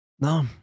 No